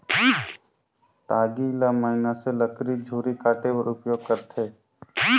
टागी ल मइनसे लकरी झूरी काटे बर उपियोग करथे